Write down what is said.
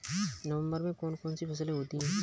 नवंबर में कौन कौन सी फसलें होती हैं?